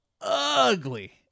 ugly